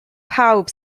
pawb